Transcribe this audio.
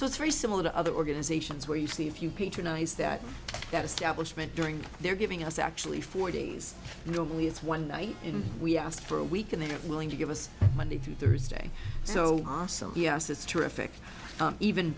so it's very similar to other organizations where you see if you patronize that that establishment during their giving us actually four days normally it's one night in we ask for a week and they're willing to give us monday through thursday so awesome yes that's terrific even